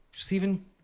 Stephen